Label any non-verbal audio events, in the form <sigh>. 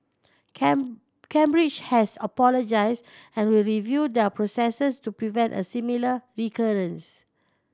<unintelligible> Cambridge has apologised and will review their processes to prevent a similar recurrence